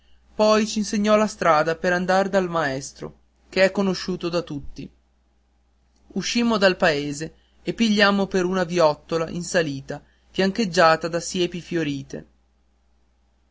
torino poi c'insegnò la strada per andar dal maestro che è conosciuto da tutti uscimmo dal paese e pigliammo per una viottola in salita fiancheggiata di siepi fiorite